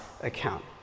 account